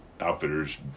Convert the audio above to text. outfitters